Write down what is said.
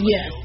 Yes